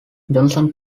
johnson